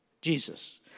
Jesus